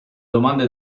domande